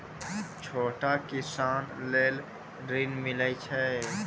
छोटा किसान लेल ॠन मिलय छै?